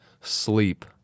sleep